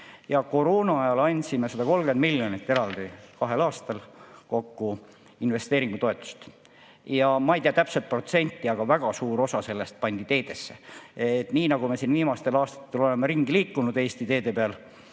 ja koroona ajal andsime 130 miljonit eraldi kahel aastal kokku investeeringutoetust. Ma ei tea täpset protsenti, aga väga suur osa sellest pandi teedesse. Kui me viimastel aastatel oleme ringi liikunud Eesti teede peal,